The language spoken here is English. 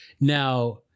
Now